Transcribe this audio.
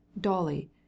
dolly